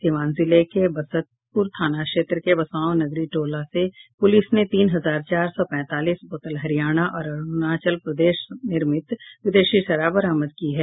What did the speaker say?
सीवान जिले के बसतपुर थाना क्षेत्र के बसांव नगरी टोला से पुलिस ने तीन हजार चार सौ पैंतालीस बोतल हरियणा और अरूणाचल प्रदेश निर्मित विदेशी शराब बरामद की है